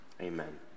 Amen